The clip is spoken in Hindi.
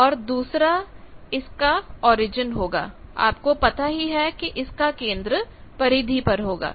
और दूसरा इसका ओरिजिन होगा आपको पता ही है कि इसका केंद्र परिधि पर होगा